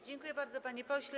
Dziękuję bardzo, panie pośle.